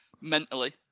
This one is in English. mentally